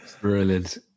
Brilliant